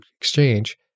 exchange